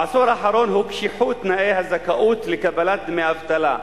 בעשור האחרון הוקשחו תנאי הזכאות לקבלת דמי אבטלה,